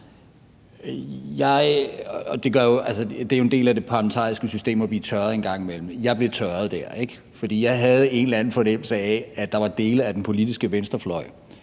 det er jo en del af det parlamentariske system, at man bliver tørret en gang imellem, og jeg blev tørret dér, ikke? For jeg havde en eller anden fornemmelse af, at der var dele af den politiske venstrefløj,